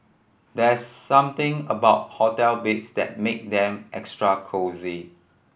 there's something about hotel beds that make them extra cosy